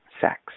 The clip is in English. sex